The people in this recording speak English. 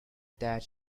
that